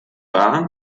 war